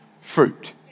fruit